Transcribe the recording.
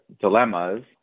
dilemmas